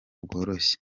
bworoshye